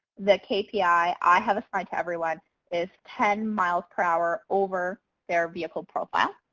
the kpi i have assigned to everyone is ten miles per hour over their vehicle profile.